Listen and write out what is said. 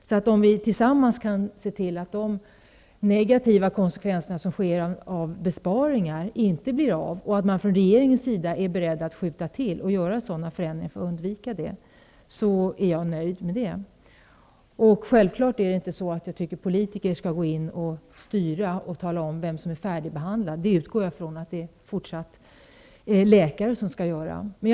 Jag är nöjd om vi tillsammans kan se till att besparingar inte leder till några negativa konsekvenser och om regeringen är beredd att skjuta till pengar för att undvika dessa besparingar. Jag tycker självklart inte att politiker skall styra och tala om vem som är färdigbehandlad. Jag utgår från att det är läkare som skall göra den bedömningen.